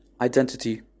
Identity